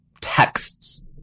texts